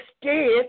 scared